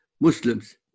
Muslims